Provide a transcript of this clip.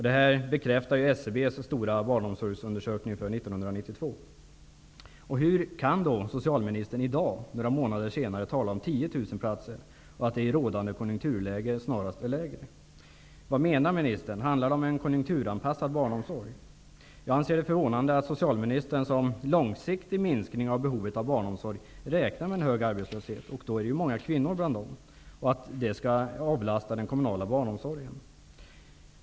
Detta bekräftar SCB:s stora barnomsorgsundersökning för år 1992. Hur kan då socialministern i dag, några månader senare, tala om 10 000 platser och påstå att det i rådande konjunkturläge snarast är ett lägre antal? Vad menar ministern? Är det fråga om en konjunkturanpassad barnomsorg? Jag anser det förvånande att socialministern räknar med en hög arbetslöshet för en långsiktig minskning av behovet av barnomsorg. Det är ju många kvinnor bland de arbetslösa, och det skulle avlasta den kommunala barnomsorgen.